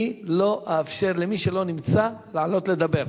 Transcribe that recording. אני לא אאפשר למי שלא נמצא לעלות לדבר.